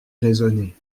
raisonnée